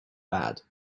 bad